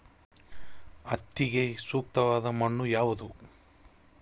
ಹತ್ತಿಗೆ ಸೂಕ್ತವಾದ ಮಣ್ಣು ಯಾವುದು?